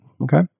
Okay